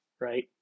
right